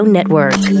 Network